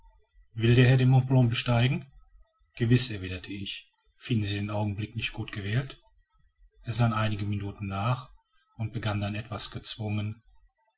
will der herr den mont blanc besteigen gewiß erwiderte ich finden sie den augenblick nicht gut gewählt er sann einige minuten nach und begann dann etwas gezwungen